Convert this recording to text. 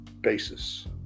basis